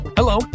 Hello